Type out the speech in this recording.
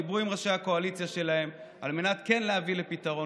דיברו עם ראשי הקואליציה שלהן על מנת כן להביא לפתרון,